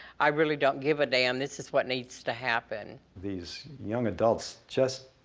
i really don't give a damn, this is what needs to happen. these young adults just,